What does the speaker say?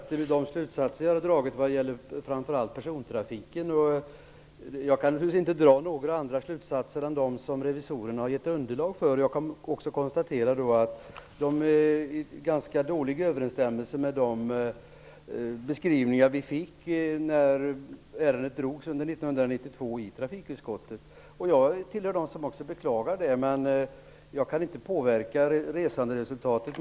Fru talman! Karin Starrin ifrågasatte de slutsatser jag drog framför allt vad gäller persontrafiken. Jag kan naturligtvis inte dra några andra slutsatser än dem som revisorerna har givit underlag för. Jag konstaterar också en ganska dålig överensstämmelse med de beskrivningar vi fick när ärendet behandlades under 1992 i trafikutskottet. Jag tillhör dem som beklagar det, men jag kan inte påverka resanderesultatet.